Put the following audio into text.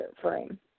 frame